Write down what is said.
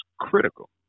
critical